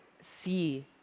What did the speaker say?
see